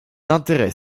intérêts